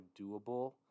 doable